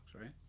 right